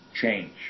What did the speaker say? change